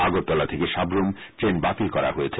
আগরতলা থেকে সাব্রুম ট্রেন বাতিল করা হয়েছে